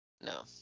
No